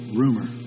rumor